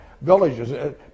villages